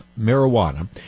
marijuana